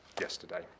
yesterday